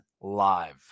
live